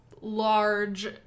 large